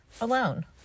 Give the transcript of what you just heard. alone